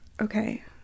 Okay